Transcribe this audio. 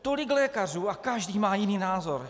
Tolik lékařů, a každý má jiný názor.